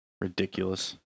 Ridiculous